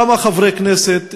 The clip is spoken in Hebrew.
כמה חברי כנסת,